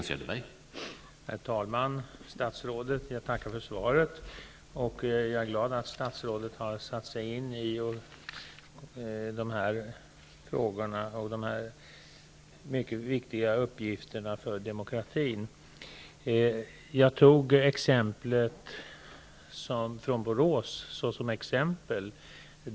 Herr talman! Jag tackar för svaret. Jag är glad över att statsrådet har satt sig in i dessa frågor och dessa för demokratin mycket viktiga uppgifter. Jag tog ett fall från Borås som exempel.